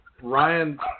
Ryan